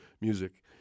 music